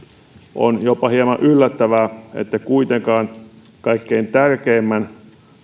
on jopa hieman yllättävää että kuitenkaan kaikkein tärkeimmästä